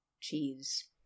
cheese